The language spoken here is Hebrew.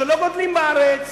שלא גדלים בארץ,